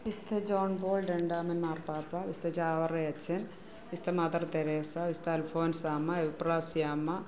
mister John Paul രണ്ടാമൻ മാർപ്പാപ്പ mister ചാവറി അച്ഛൻ sister mother Teresa sister Alphonsamma Euphrasiamma